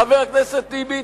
חבר הכנסת טיבי,